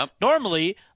normally